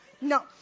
No